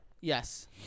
Yes